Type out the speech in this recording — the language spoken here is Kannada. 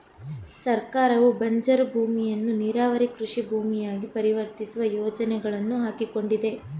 ಸರ್ಕಾರವು ಬಂಜರು ಭೂಮಿಯನ್ನು ನೀರಾವರಿ ಕೃಷಿ ಭೂಮಿಯಾಗಿ ಪರಿವರ್ತಿಸುವ ಯೋಜನೆಗಳನ್ನು ಹಾಕಿಕೊಂಡಿದೆ